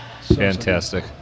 Fantastic